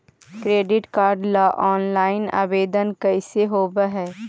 Credit card ल online आवेदन कैसे होब है?